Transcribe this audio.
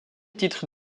titre